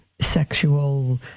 sexual